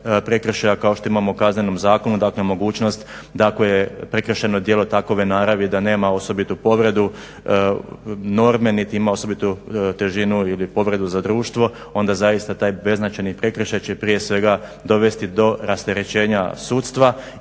prekršaja kao što imamo u Kaznenom zakonu, dakle mogućnost da ako je prekršajno djelo takove naravi da nema osobitu povredu norme niti ima osobitu težinu ili povredu za društvo onda zaista taj beznačajni prekršaj će prije svega dovesti do rasterećenja sudstva